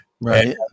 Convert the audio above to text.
Right